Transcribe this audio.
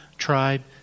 tribe